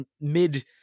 mid